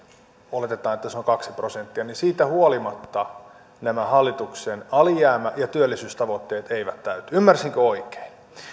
oletetaan että se on kaksi prosenttia niin siitä huolimatta nämä hallituksen alijäämä ja työllisyystavoitteet eivät täyty ymmärsinkö oikein